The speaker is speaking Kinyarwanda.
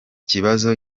kibazo